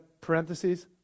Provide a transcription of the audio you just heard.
parentheses